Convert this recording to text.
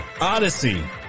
Odyssey